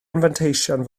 anfanteision